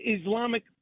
Islamic